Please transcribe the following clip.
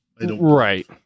Right